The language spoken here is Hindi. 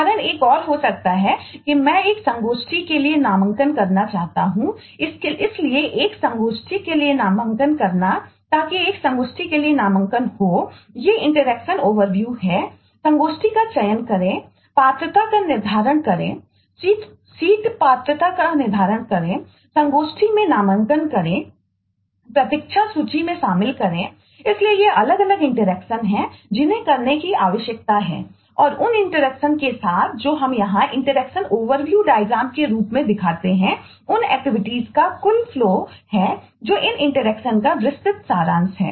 उदाहरण एक और हो सकता है कि मैं एक संगोष्ठी के लिए नामांकन करना चाहता हूं इसलिए एक संगोष्ठी के लिए नामांकन करना ताकि एक संगोष्ठी के लिए नामांकन हो ये इंटरेक्शन ओवरव्यू का विस्तृत सारांश हैं